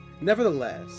Nevertheless